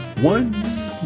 one